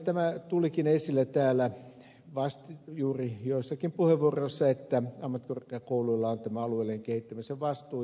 tämä tulikin esille täällä juuri joissakin puheenvuoroissa että ammattikorkeakouluilla on alueellisen kehittämisen vastuu